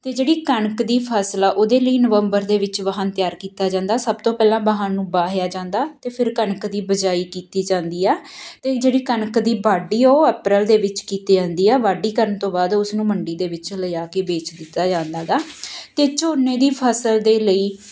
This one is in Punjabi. ਅਤੇ ਜਿਹੜੀ ਕਣਕ ਦੀ ਫਸਲ ਆ ਉਹਦੇ ਲਈ ਨਵੰਬਰ ਦੇ ਵਿੱਚ ਬਾਹਣ ਤਿਆਰ ਕੀਤਾ ਜਾਂਦਾ ਸਭ ਤੋਂ ਪਹਿਲਾਂ ਬਾਹਣ ਨੂੰ ਵਾਹਿਆ ਜਾਂਦਾ ਅਤੇ ਫਿਰ ਕਣਕ ਦੀ ਬਜਾਈ ਕੀਤੀ ਜਾਂਦੀ ਆ ਅਤੇ ਜਿਹੜੀ ਕਣਕ ਦੀ ਵਾਢੀ ਆ ਉਹ ਅਪ੍ਰੈਲ ਦੇ ਵਿੱਚ ਕੀਤੀ ਜਾਂਦੀ ਆ ਵਾਢੀ ਕਰਨ ਤੋਂ ਬਾਅਦ ਉਸ ਨੂੰ ਮੰਡੀ ਦੇ ਵਿੱਚ ਲਿਜਾ ਕੇ ਵੇਚ ਦਿੱਤਾ ਜਾਂਦਾ ਗਾ ਅਤੇ ਝੋਨੇ ਦੀ ਫਸਲ ਦੇ ਲਈ